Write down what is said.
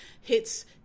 hits